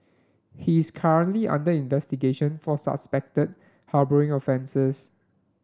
he is currently under investigation for suspected harbouring offences